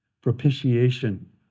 propitiation